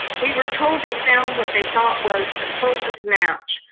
we were told they found what they thought was the closest match,